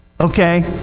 Okay